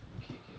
okay okay